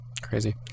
Crazy